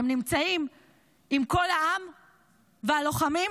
אתם נמצאים עם כל העם והלוחמים,